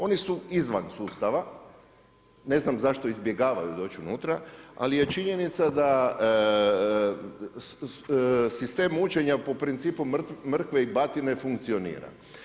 Oni su izvan sustava, ne znam, zašto izbjegavaju doći unutra, ali je činjenica, da sistem učenja po principu mrkve i batine funkcionira.